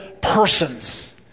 persons